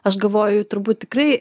aš galvoju turbūt tikrai